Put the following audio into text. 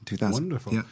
Wonderful